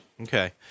Okay